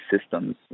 systems